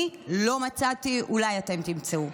אני לא מצאתי, אולי אתם תמצאו.